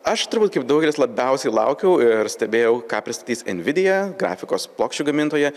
aš turbūt kaip daugelis labiausiai laukiau ir stebėjau ką pristatys ir nvidia grafikos plokščių gamintoja